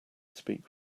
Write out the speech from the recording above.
speak